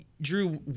Drew